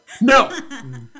No